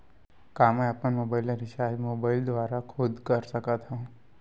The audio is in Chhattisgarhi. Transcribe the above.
का मैं अपन मोबाइल के रिचार्ज मोबाइल दुवारा खुद कर सकत हव?